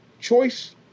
choice